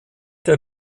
der